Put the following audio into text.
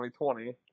2020